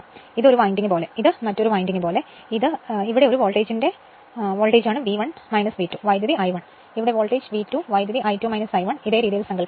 ഇത് ഒരു വിൻഡിംഗ് പോലെ ഇത് മറ്റൊരു വിൻഡിംഗ് പോലെ ഇത് ഇതുപോലെയാണ് ഇവിടെ ഇത് ഒരു വോൾട്ടേജിന്റെ വോൾട്ടേജാണ് V1 V2 കറന്റ് I1 ഇവിടെ voltage V2 current I2 I1 ഈ രീതിയിൽ സങ്കൽപ്പിക്കുക